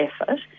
effort